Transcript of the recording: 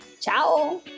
ciao